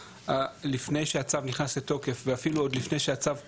לפני שהצו נכנס לתוקף ואפילו עוד לפני שהצו פורסם.